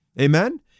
amen